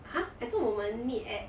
!huh! I thought 我们 meet at